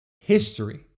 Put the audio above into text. history